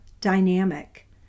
dynamic